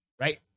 right